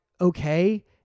okay